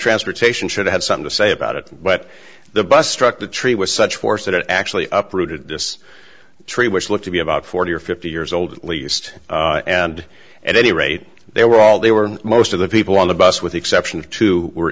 transportation should have something to say about it but the bus struck the tree with such force that it actually up rooted this tree which looked to be about forty or fifty years old at least and at any rate they were all they were most of the people on the bus with the exception of two were